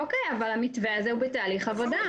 אוקיי, אבל המתווה בתהליך עבודה.